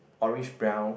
orange brown